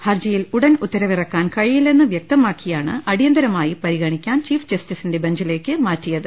ഹർജിയിൽ ഉടൻ ഉത്തരവിറക്കാൻ കഴിയില്ലെന്ന് വ്യക്ത മാക്കിയാണ് അടിയന്തരമായി പരിഗണിക്കാൻ ചീഫ് ജസ്റ്റിസിന്റെ ബഞ്ചിലേക്ക് മാറ്റിയത്